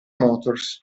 motors